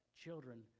children